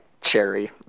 cherry